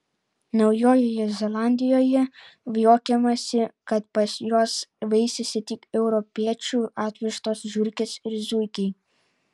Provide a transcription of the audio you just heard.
naujojoje zelandijoje juokiamasi kad pas juos veisiasi tik europiečių atvežtos žiurkės ir zuikiai